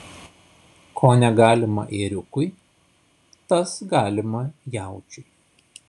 ko negalima ėriukui tas galima jaučiui